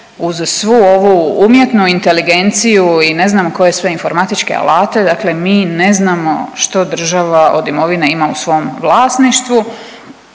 uz svu ovu umjetnu inteligenciju i ne znam koje sve informatičke alate, dakle mi ne znamo što država od imovine ima u svom vlasništvu.